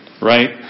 Right